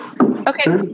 okay